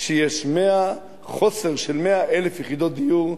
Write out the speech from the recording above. שיש חוסר של 100,000 יחידות דיור,